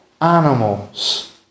animals